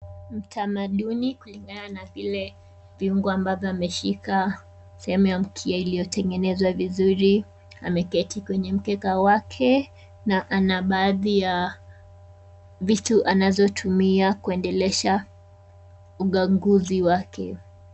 Mtamaduni kulingana na vile viungu ambavyo ameshika sehemu ya mkia iliyotengenezwa vizuri, ameketi kwenye mkeka wake na ana baadhi ya vitu anazotumia kuendelesha uganguzi wake.